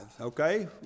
okay